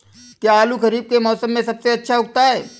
क्या आलू खरीफ के मौसम में सबसे अच्छा उगता है?